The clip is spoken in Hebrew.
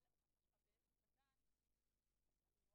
האם יחולו